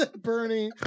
Bernie